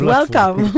Welcome